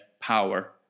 power